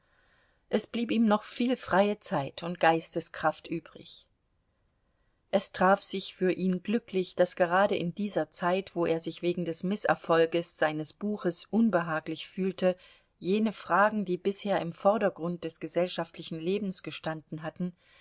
es blieb ihm noch viel freie zeit und geisteskraft übrig es traf sich für ihn glücklich daß gerade in dieser zeit wo er sich wegen des mißerfolges seines buches unbehaglich fühlte jene fragen die bisher im vordergrund des gesellschaftlichen lebens gestanden hatten